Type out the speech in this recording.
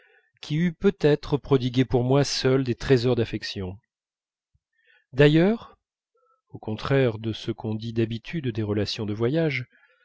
qui eût peut-être prodigué pour moi seul des trésors d'affection d'ailleurs au contraire de ce qu'on dit d'habitude des relations de voyage